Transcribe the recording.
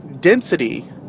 density